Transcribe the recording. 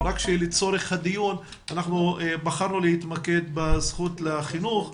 רק שלצורך הדיון בחרנו להתמקד בזכות לחינוך,